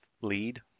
lead